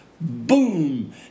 boom